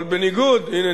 אבל בניגוד הנה,